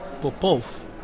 Popov